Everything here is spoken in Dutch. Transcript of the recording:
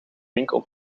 winkel